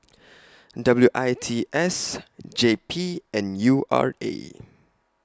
W I T S J P and U R A